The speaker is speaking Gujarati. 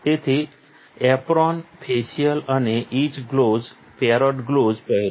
તેથી એપ્રોન ફેશિયલ અને ઇચ ગ્લોવ્સ અથવા પેરોટ ગ્લોવ્સ પહેરો